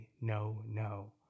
no-no